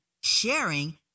sharing